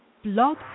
Blog